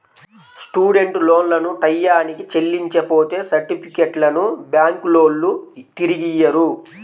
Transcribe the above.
student లోన్లను టైయ్యానికి చెల్లించపోతే సర్టిఫికెట్లను బ్యాంకులోల్లు తిరిగియ్యరు